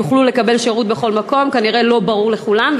יוכלו לקבל שירות בכל מקום, כנראה לא ברור לכולם.